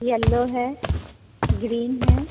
yellow है green है